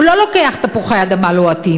הוא לא לוקח תפוחי אדמה לוהטים.